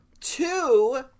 Two